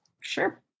Sure